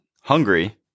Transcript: hungry